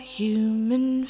human